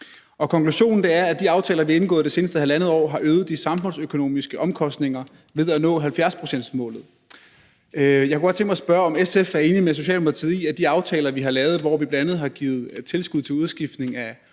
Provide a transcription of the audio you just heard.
og konklusionen er, et de aftaler, vi har indgået i det seneste halvandet år, har øget de samfundsøkonomiske omkostninger ved at nå 70-procentsmålet. Jeg kunne godt tænke mig at spørge, om SF er enig med Socialdemokratiet i, at de aftaler, vi har lavet, hvor vi bl.a. har givet tilskud til udskiftning af